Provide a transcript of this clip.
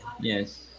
yes